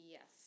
Yes